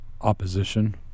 opposition